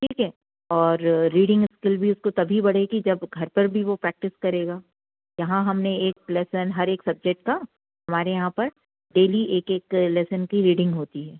ठीक है और रीडिंग इस्किल भी उसको तभी बढ़ेगी जब घर पर भी वो प्रेक्टिस करेगा यहाँ हमने एक लेसन हर एक सब्जेक्ट का हमारे यहाँ पर डेली एक एक लेसन की रीडिंग होती है